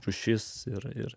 rūšis ir ir